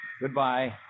goodbye